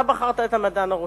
אתה בחרת את המדען הראשי,